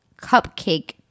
cupcake